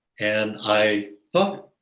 and i thought,